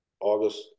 August